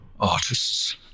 artists